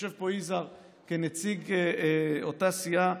יושב פה יזהר כנציג אותה סיעה,